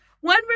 one